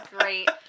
great